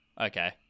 okay